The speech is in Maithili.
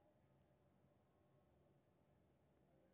ऋण आहार मे खर्च पर नियंत्रण, आय बढ़ाबै आ बचत करै आदिक तरीका बतायल गेल छै